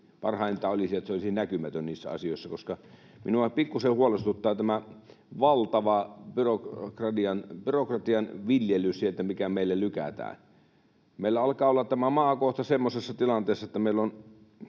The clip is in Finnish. Parhainta olisi, että se olisi näkymätön niissä asioissa, koska minua pikkusen huolestuttaa tämä valtava byrokratian viljely, mikä meille sieltä lykätään. Meillä alkaa olla tämä maa kohta semmoisessa tilanteessa, että voi sanoa,